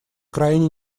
крайне